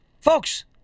Folks